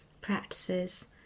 practices